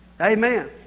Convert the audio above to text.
Amen